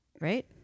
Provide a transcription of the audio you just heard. right